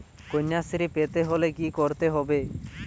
কন্যাশ্রী পেতে হলে কি করতে হবে?